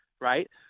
right